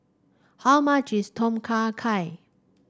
how much is Tom Kha Gai